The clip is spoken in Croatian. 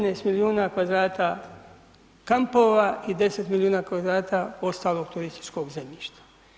15 milijuna kvadrata kampova i 10 milijuna kvadrata ostalog turističkog zemljišta.